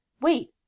Wait